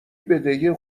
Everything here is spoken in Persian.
بدهی